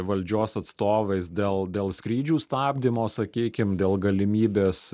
valdžios atstovais dėl dėl skrydžių stabdymo sakykim dėl galimybės